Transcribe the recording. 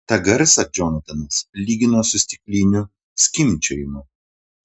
tą garsą džonatanas lygino su stiklinių skimbčiojimu